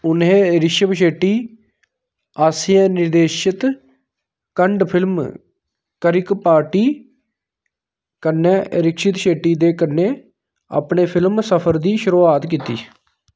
उ'नें ऋषभ शेट्टी आसेआ निर्देशित कन्नड़ फिल्म किरिक पार्टी कन्नै रक्षित शेट्टी दे कन्नै अपने फिल्मी सफर दी शुरुआत कीती